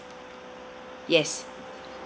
yes